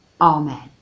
Amen